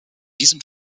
diesem